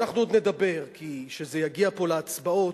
אנחנו עוד נדבר, כשזה יגיע פה להצבעות.